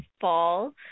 fall